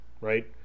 right